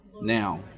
Now